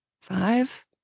five